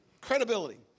Credibility